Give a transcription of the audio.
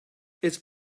it’s